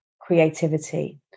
creativity